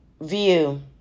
view